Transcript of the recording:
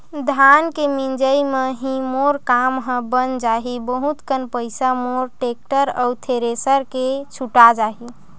धान के मिंजई म ही मोर काम ह बन जाही बहुत कन पईसा मोर टेक्टर अउ थेरेसर के छुटा जाही